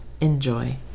Enjoy